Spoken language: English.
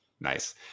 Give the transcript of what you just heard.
Nice